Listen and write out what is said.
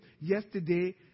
yesterday